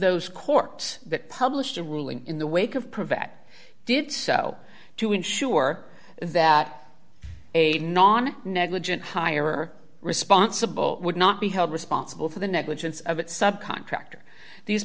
those courts that published a ruling in the wake of privette did so to ensure that a non negligent hire responsible would not be held responsible for the negligence of its sub contractor these